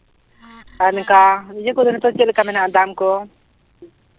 ᱟᱨ ᱱᱚᱝᱠᱟ ᱤᱭᱟᱹ ᱠᱚᱫᱚ ᱱᱮᱛᱟᱨ ᱪᱮᱫ ᱞᱮᱠᱟ ᱢᱮᱱᱟᱜᱼᱟ ᱫᱟᱢ ᱠᱚ